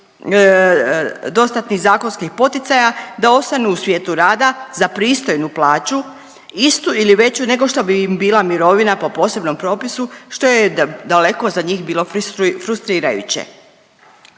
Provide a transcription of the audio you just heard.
dostatnih zakonskih poticaja da ostanu u svijetu rada za pristojnu plaću, istu ili veću nego što bi im bila mirovina po posebnom propisu, što je daleko za njih bilo frustrirajuće.